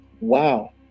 Wow